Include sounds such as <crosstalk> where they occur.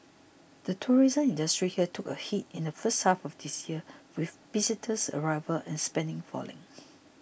the tourism industry here took a hit in the first half of this year with visitors arrivals and spending falling <noise>